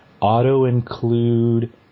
auto-include